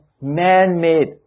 man-made